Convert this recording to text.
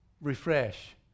Refresh